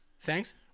Thanks